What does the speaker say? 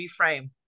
reframe